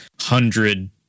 hundred